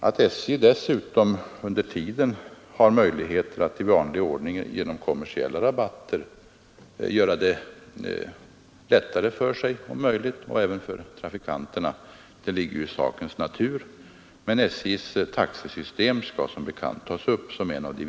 Att SJ dessutom under tiden har möjlighet att i vanlig ordning genom kommersiella rabatter om möjligt göra det lättare för sig och även för trafikanterna ligger ju i sakens natur, men SJ:s taxesystem skall som sagt tas upp av utredningen.